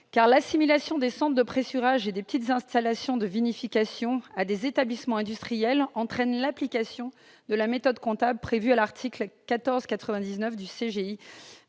l'assimilation des centres de pressurage et des petites installations de vinification à des établissements industriels entraîne l'application de la méthode comptable prévue à l'article 1499 du code